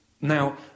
Now